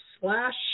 slash